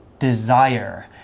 Desire